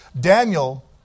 Daniel